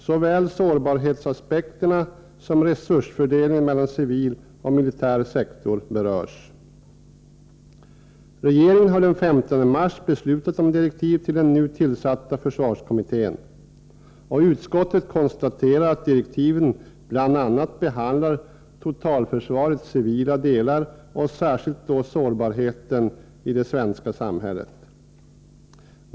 Såväl sårbarhetsaspekterna som resursfördelningen mellan civil och militär sektor berörs. Regeringen har den 15 mars i år beslutat om direktiv till den nu tillsatta försvarskommittén. Utskottet konstaterar att direktiven bl.a. behandlar totalförsvarets civila delar och särskilt då sårbarheten i det svenska samhället.